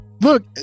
Look